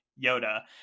yoda